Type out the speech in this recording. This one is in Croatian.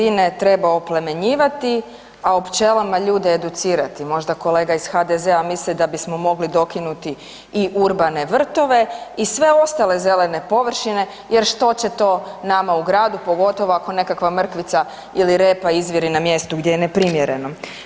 Urbane sredine treba oplemenjivati a o pčelama ljude educirati, možda kolega iz HDZ-a misli da bismo mogli dokinuti i urbane vrtove i sve ostale zelene površine jer što će to nama u gradu, pogotovo ako nekakva mrkvica ili repa izviri na mjestu gdje je neprimjereno.